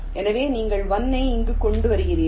எனவே நீங்கள் 1 ஐ இங்கு கொண்டு வருகிறீர்கள்